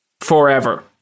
forever